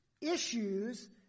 issues